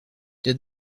did